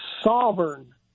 sovereign